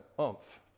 oomph